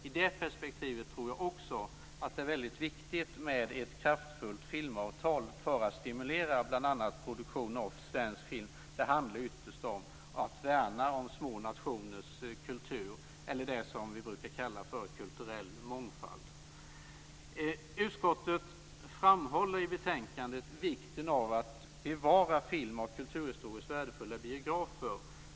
I det perspektivet är det viktigt med ett kraftfullt filmavtal för att stimulera bl.a. produktion av svensk film. Det handlar ytterst om att värna om små nationers kultur - eller det vi kallar för kulturell mångfald. Utskottet framhåller i betänkandet vikten av att bevara film och kulturhistoriskt värdefulla biografer.